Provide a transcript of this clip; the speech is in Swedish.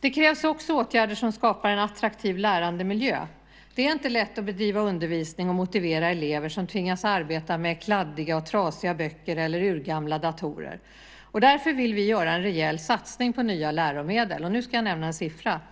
Det krävs också åtgärder som skapar en attraktiv lärandemiljö. Det är inte lätt att bedriva undervisning och motivera elever som tvingas arbeta med kladdiga och trasiga böcker eller urgamla datorer. Därför vill vi göra en rejäl satsning på nya läromedel. Och nu ska jag nämna ett par siffror.